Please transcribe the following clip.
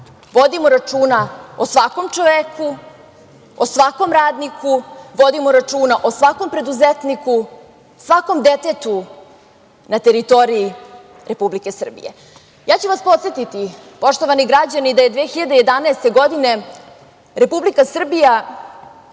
vodimo računa o svakom čoveku, o svakom radniku, vodimo računa o svakom preduzetniku, svakom detetu na teritoriji Republike Srbije. Ja ću vas podsetiti, poštovani građani, da je 2011. godine Republika Srbija